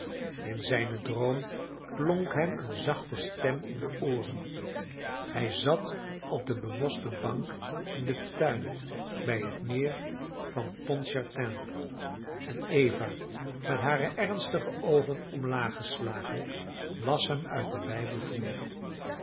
in zijne droom klonk hem een zachte stem in de ooren hij zat op de bemoste bank in den tuin bij het meer pontchartrain en eva met hare ernstige oogen omlaaggeslagen las hem uit den bijbel voor